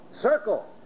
circle